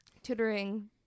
tutoring